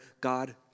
God